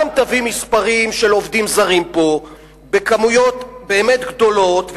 גם תביא עובדים זרים בכמויות באמת גדולות,